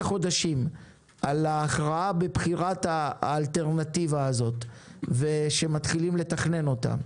חודשים על ההכרעה בבחירת האלטרנטיבה הזאת שמתחילים לתכנן אותה.